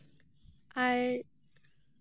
ᱟᱨ